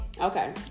Okay